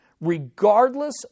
regardless